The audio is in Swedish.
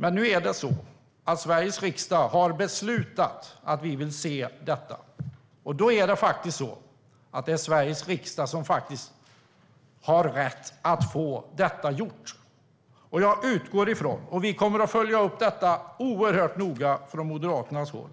Men nu är det så att Sveriges riksdag har beslutat om detta, och då har Sveriges riksdag rätt att få det gjort. Vi kommer att följa upp detta oerhört noga från Moderaternas håll